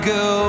go